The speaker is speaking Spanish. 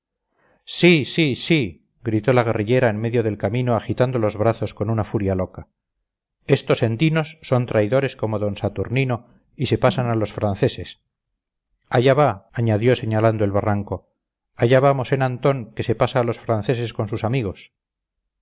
sí sí sí gritó la guerrillera en medio del camino agitando los brazos con una furia loca estos endinos son traidores como d saturnino y se pasan a los franceses allá va añadió señalando el barranco allá va mosén antón que se pasa a los franceses con sus amigos